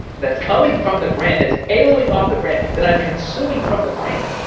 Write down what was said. that's coming from the brand, that's haloing off the brand, that i'm consuming from the brand.